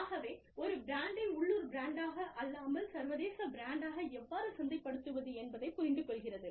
ஆகவே ஒரு பிராண்டை உள்ளூர் பிராண்டாக அல்லாமல் சர்வதேச பிராண்டாக எவ்வாறு சந்தைப்படுத்துவது என்பதைப் புரிந்து கொள்கிறது